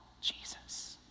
Jesus